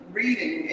reading